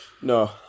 No